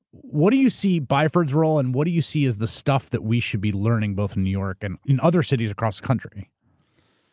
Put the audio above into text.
what do you see byford's role and what do you see as the stuff that we should be learning, both in new york and in other cities across the country?